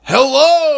Hello